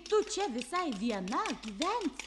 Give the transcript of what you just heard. tu čia visai viena gyvensi